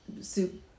soup